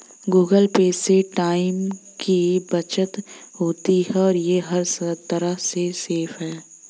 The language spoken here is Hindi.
गूगल पे से टाइम की बचत होती है और ये हर तरह से सेफ है